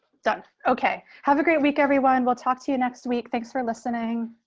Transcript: done. okay. have a great week. everyone will talk to you next week. thanks for listening.